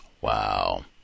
Wow